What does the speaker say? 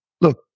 Look